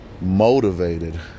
motivated